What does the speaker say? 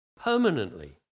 permanently